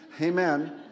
Amen